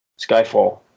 Skyfall